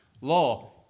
law